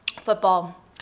Football